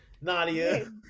Nadia